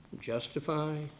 justify